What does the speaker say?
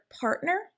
partner